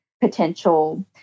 potential